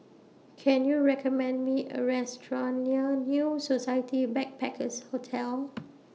Can YOU recommend Me A Restaurant near New Society Backpackers' Hotel